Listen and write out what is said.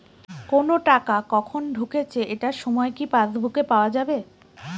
কোনো টাকা কখন ঢুকেছে এটার সময় কি পাসবুকে পাওয়া যাবে?